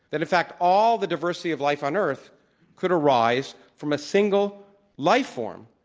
that in fact all the diversity of life on earth could arise from a single life form,